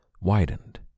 widened